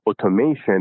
automation